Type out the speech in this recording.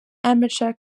amateur